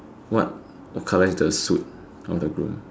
what what color is the suit of the groom